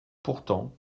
pourtant